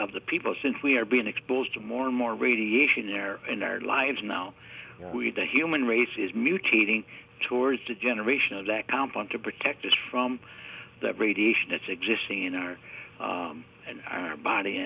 of the people since we are being exposed to more and more radiation there in our lives now we the human race is mutating towards the generation that count on to protect us from the radiation that's existing in our and our body